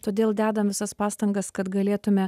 todėl dedam visas pastangas kad galėtume